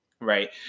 Right